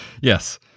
Yes